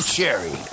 Cherry